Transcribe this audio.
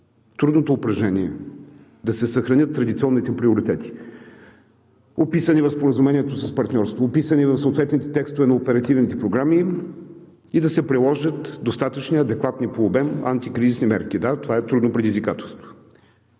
трудното упражнение да се съхранят традиционните приоритети, описани в Споразумението за партньорство, описани в съответните текстове на оперативните програми, и да се приложат достатъчни, адекватни по обем антикризисни мерки. Да, това е трудно предизвикателство.